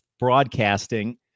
broadcasting